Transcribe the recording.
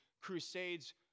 crusades